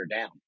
down